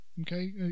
okay